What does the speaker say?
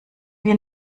wir